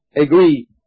agree